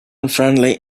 unfriendly